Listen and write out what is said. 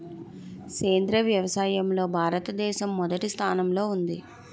సేంద్రీయ వ్యవసాయంలో భారతదేశం మొదటి స్థానంలో ఉంది